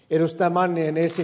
arvoisa puhemies